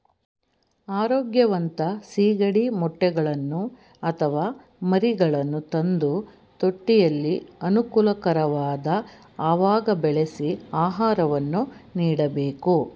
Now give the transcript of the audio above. ಆರೋಗ್ಯವಂತ ಸಿಗಡಿ ಮೊಟ್ಟೆಗಳನ್ನು ಅಥವಾ ಮರಿಗಳನ್ನು ತಂದು ತೊಟ್ಟಿಯಲ್ಲಿ ಅನುಕೂಲಕರವಾದ ಅವಾಗ ಬೆಳೆಸಿ ಆಹಾರವನ್ನು ನೀಡಬೇಕು